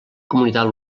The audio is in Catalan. comunitat